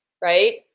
right